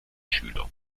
schüler